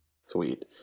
Sweet